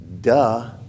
duh